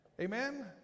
Amen